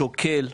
שוקל,